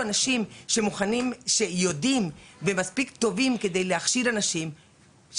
אנשים שיודעים ומספיק טובים כדי להכשיר אנשים,